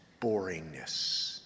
boringness